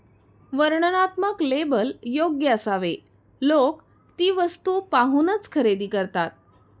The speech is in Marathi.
वर्णनात्मक लेबल योग्य असावे लोक ती वस्तू पाहूनच खरेदी करतात